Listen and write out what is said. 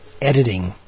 editing